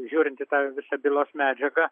žiūrint į tą visą bylos medžiagą